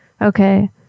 Okay